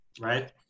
right